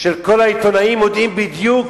של כל העיתונאים, יודעים בדיוק